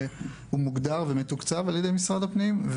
שמוגדר ומתוקצב על ידי משרד הפנים.